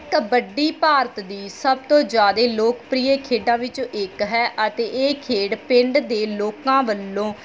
ਕਬੱਡੀ ਭਾਰਤ ਦੀ ਸਭ ਤੋਂ ਜ਼ਿਆਦਾ ਲੋਕਪ੍ਰਿਯਾ ਖੇਡਾਂ ਵਿੱਚੋਂ ਇੱਕ ਹੈ ਅਤੇ ਇਹ ਖੇਡ ਪਿੰਡ ਦੇ ਲੋਕਾਂ ਵੱਲੋਂ